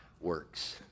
works